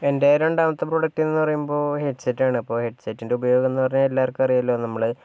എൻ്റെ രണ്ടാമത്തെ പ്രൊഡക്ട് എന്ന് പറയുമ്പോൾ ഹെഡ്സെറ്റാണ് അപ്പം ഹെഡ്സെറ്റിൻറ്റെ ഉപയോഗം എന്ന് പറഞ്ഞാൽ എല്ലാവർക്കും അറിയാമല്ലോ നമ്മള്